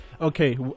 Okay